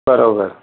बराबरि